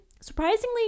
Surprisingly